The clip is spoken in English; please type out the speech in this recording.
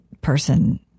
person